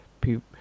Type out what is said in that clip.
people